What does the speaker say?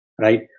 right